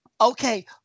Okay